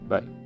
Bye